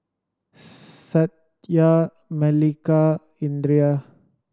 Satya Milkha Indira